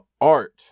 art